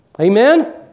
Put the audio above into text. Amen